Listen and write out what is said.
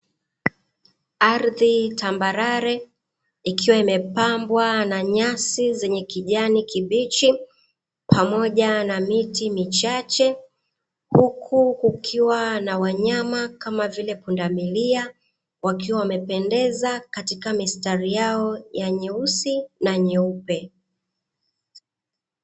Ardhi tambarare ikiwa imepambwa na nyasi zenye kijani kibichi pamoja na miti michache huku kukiwa na wanyama kama vile pundamilia wakiwa wamependeza katika mistari yao ya nyeusi na nyeupe.